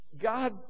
god